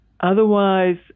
Otherwise